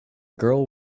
girl